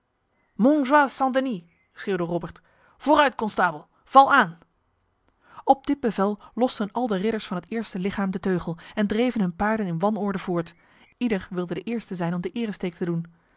denis schreeuwde robert vooruit konstabel val aan op dit bevel losten al de ridders van het eerste lichaam de teugel en dreven hun paarden in wanorde voort ieder wilde de eerste zijn om de eresteek te doen